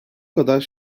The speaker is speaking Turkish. kadar